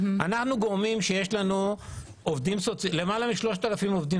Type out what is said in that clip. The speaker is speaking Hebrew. אנחנו גורמים שיש לנו למעלה מ-3,000 עובדים